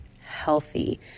healthy